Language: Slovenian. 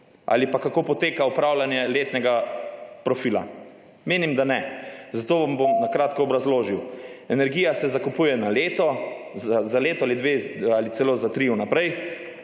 Ali pa, kako poteka upravljanje letnega profila? Menim, da ne. Zato vam bom na kratko obrazložil. Energija se zakupuje na leto, za leto ali dve ali celo za tri v naprej,